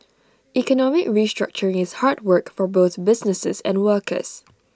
economic restructuring is hard work for both businesses and workers